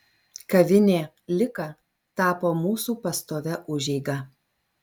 kavinė lika tapo mūsų pastovia užeiga